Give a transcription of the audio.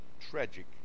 tragic